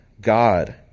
God